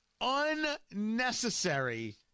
unnecessary